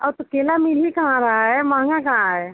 और तो केला मिल ही कहाँ रहा है महँगा कहाँ है